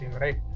right